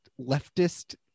leftist